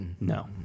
No